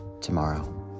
tomorrow